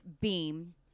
beam